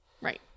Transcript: Right